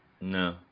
No